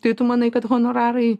tai tu manai kad honorarai